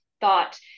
thought